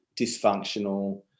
dysfunctional